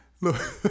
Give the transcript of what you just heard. Look